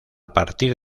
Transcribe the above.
partir